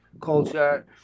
culture